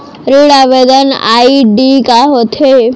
ऋण आवेदन आई.डी का होत हे?